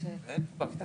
אין קופה קטנה.